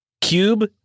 Cube